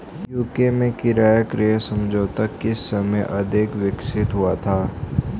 UK में किराया क्रय समझौता किस समय अधिक विकसित हुआ था?